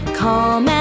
calm